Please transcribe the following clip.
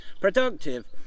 productive